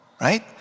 Right